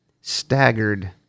staggered